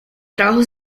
trabajo